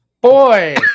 boy